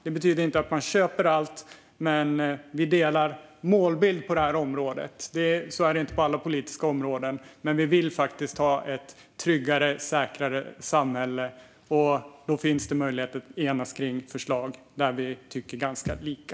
Det betyder inte att vi köper allt, men vi har samma målbild på detta område; så är det inte på alla politiska områden. Men vi vill faktiskt ha ett tryggare, säkrare samhälle, och då finns det möjlighet att enas kring förslag där vi tycker ganska lika.